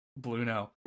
Bluno